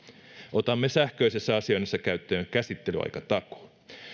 otamme sähköisessä asioinnissa käyttöön käsittelyaikatakuun